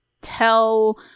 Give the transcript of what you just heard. tell